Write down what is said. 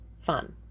fun